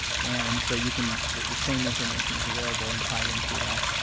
and so you can the same information is available and tied in through that.